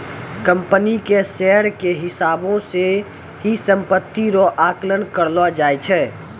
company के share के हिसाबौ से ही सम्पत्ति रो आकलन करलो जाय छै